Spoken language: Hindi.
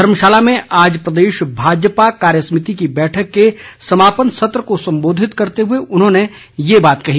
धर्मशाला में आज प्रदेश भाजपा कार्यसमिति की बैठक के समापन सत्र को सम्बोधित करते हुए उन्होंने ये बात कही